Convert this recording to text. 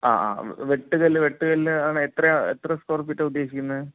ആ ആ വെട്ടുകല്ല് വെട്ടുകല്ല് ആണ് എത്രയാ എത്ര സ്ക്വയർ ഫീറ്റാണ് ഉദ്ദേശിക്കുന്നത്